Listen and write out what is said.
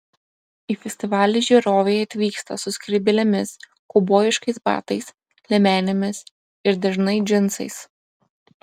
į festivalį žiūrovai atvyksta su skrybėlėmis kaubojiškais batais liemenėmis ir dažnai džinsais